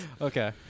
Okay